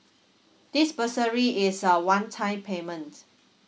this bursary is a one time payment